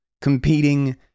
competing